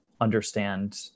understand